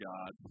God